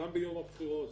גם ביום הבחירות.